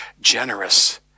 generous